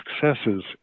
successes